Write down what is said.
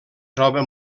troba